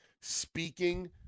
speaking